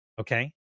Okay